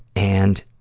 and,